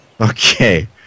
Okay